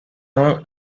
are